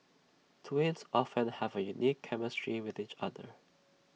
twins often have A unique chemistry with each other